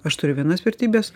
aš turiu vienas vertybes